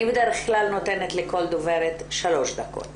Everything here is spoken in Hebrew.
אני בדרך כלל נותנת לכל דוברת שלוש דקות.